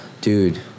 Dude